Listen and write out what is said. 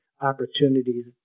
opportunities